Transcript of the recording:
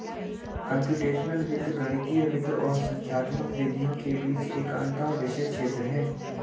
computational वित्त गणितीय वित्त और संख्यात्मक विधियों के बीच एक अंतःविषय क्षेत्र है